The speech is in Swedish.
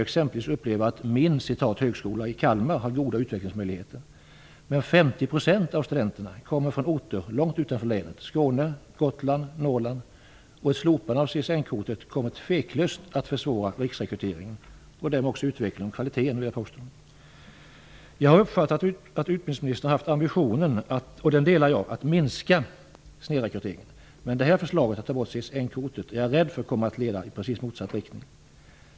Exempelvis upplever jag att "min" högskola i Kalmar har goda utvecklingsmöjligheter. Men 50 % av studenterna kommer från orter långt utanför länet i exempelvis Skåne, Gotland och Norrland. Ett slopande av CSN-kortet kommer tveklöst att försvåra riksrekryteringen och därmed försämras också utvecklingen och kvaliteten, vill jag påstå. Jag har uppfattat att utbildningsministern har haft ambitionen att minska snedrekryteringen, vilket jag tycker är bra. Men jag är rädd för att förslaget om att ta bort CSN-kortet kommer att leda i precis motsatt riktning.